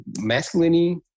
masculinity